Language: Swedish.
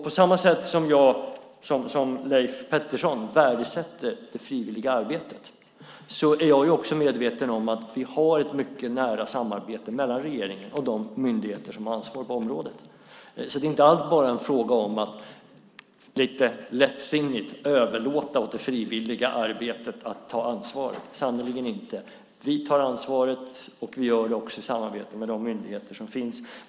På samma sätt som Leif Pettersson värdesätter jag det frivilliga arbetet. Men jag är också medveten om att vi har ett mycket nära samarbete mellan regeringen och de myndigheter som ansvarar på området. Det är inte alls bara en fråga om att lite lättsinnigt överlåta åt det frivilliga arbetet att ta ansvar - sannerligen inte. Vi tar ansvaret, och vi gör det också i samarbete med de myndigheter som finns.